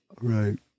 right